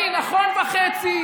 בני, נכון וחצי.